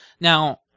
Now